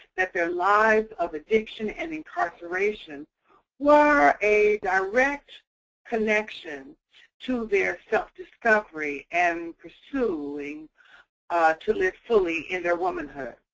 that their lives of addiction and incarceration were a direct connection to their self-discovery and pursuing to live fully in their womanhood.